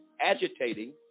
agitating